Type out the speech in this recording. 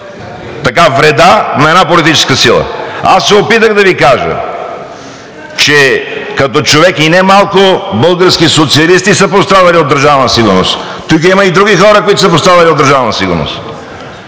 във вреда на една политическа сила. Аз се опитах да Ви кажа, че като човек, и немалко български социалисти са пострадали от Държавна сигурност, тук има и други хора, които са пострадали от Държавна сигурност,